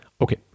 Okay